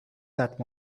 that